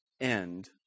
end